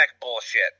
bullshit